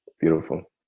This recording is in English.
beautiful